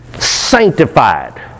sanctified